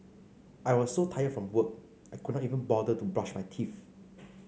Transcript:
I was so tired from work I could not even bother to brush my teeth